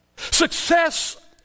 Success